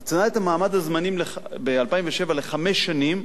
נתנה את המעמד הזמני ב-2007 לחמש שנים,